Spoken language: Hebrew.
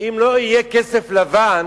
אם לא יהיה כסף לבן